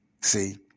See